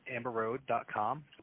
amberroad.com